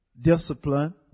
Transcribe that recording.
discipline